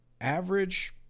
average